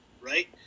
right